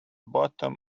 bottom